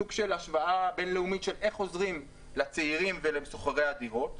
סוג של השוואה בין-לאומית של איך עוזרים לצעירים ולשוכרי הדירות?